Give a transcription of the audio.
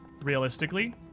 realistically